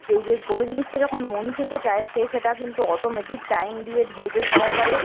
কেউ যো কোনো জিনিসটা যখন মন থেকে চাইছে সেটা কিন্তু অটোমেটিক টাইম দিয়ে ধৈর্য সহকারে